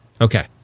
Okay